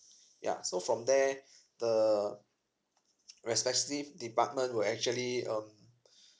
ya so from there the respective department will actually um